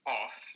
off